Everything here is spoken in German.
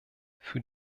für